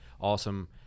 awesome